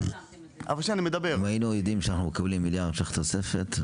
אם היינו יודעים שאנחנו מקבלים מיליארד שקלים תוספת,